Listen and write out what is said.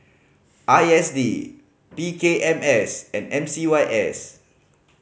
I S D P K M S and M C Y S